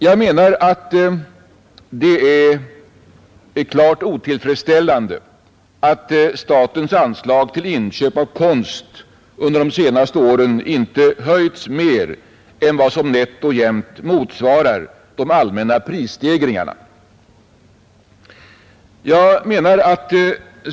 Jag menar att det är klart otillfredsställande att statens anslag till inköp av konst under de senaste åren inte höjts mer än vad som nätt och jämnt motsvarar de allmänna prisstegringarna.